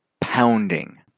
pounding